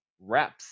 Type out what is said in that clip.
reps